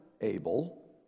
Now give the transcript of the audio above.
Abel